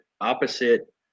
opposite